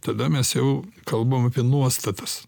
tada mes jau kalbam apie nuostatas